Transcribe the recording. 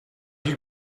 you